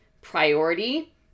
priority